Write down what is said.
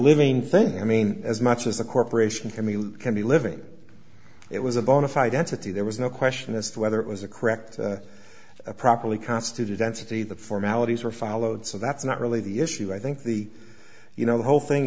living thing i mean as much as a corporation can we can be living it was a bona fide entity there was no question as to whether it was a correct a properly constituted density the formalities were followed so that's not really the issue i think the